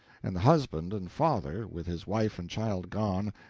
and the husband and father, with his wife and child gone,